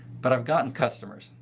but i've gotten customers.